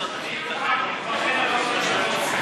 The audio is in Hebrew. אני מוכן להיבחן על האוכל שאתה עושה.